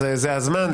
אז זה הזמן.